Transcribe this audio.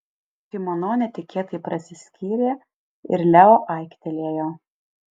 kimono netikėtai prasiskyrė ir leo aiktelėjo